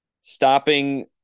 stopping